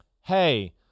hey